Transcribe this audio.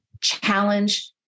challenge